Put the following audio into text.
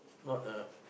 not a